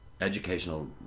educational